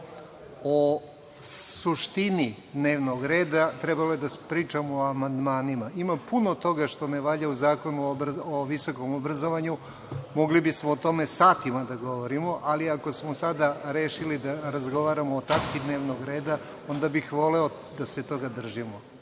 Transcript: o suštini dnevnog reda, trebalo je da pričamo o amandmanima. Ima puno toga što ne valja u Zakonu o visokom obrazovanju, mogli bismo o tome satima da govorimo, ali ako smo sada rešili da razgovaramo o tački dnevnog reda, onda bih voleo da se toga držimo.